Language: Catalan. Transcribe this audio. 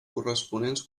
corresponents